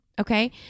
Okay